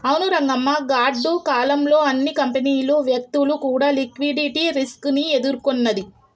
అవును రంగమ్మ గాడ్డు కాలం లో అన్ని కంపెనీలు వ్యక్తులు కూడా లిక్విడిటీ రిస్క్ ని ఎదుర్కొన్నది